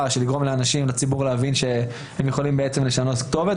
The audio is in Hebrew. לגרום לאנשים להבין שהם יכולים לשנות כתובת.